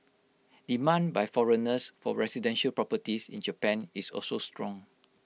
demand by foreigners for residential properties in Japan is also strong